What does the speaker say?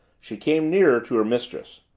she came nearer to her mistress.